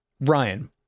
Ryan